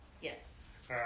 Yes